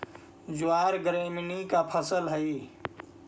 ज्वार ग्रैमीनी का फसल हई